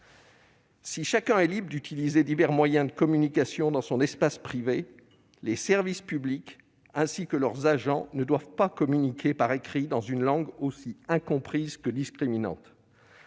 Si chacun est libre d'utiliser divers moyens de communication dans son espace privé, les services publics, ainsi que leurs agents, ne doivent pas communiquer par écrit dans une langue aussi incomprise que discriminante.